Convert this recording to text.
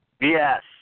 Yes